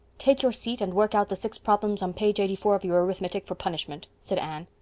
take your seat and work out the six problems on page eighty-four of your arithmetic for punishment, said anne.